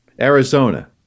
Arizona